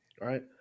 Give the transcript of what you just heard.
right